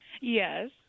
Yes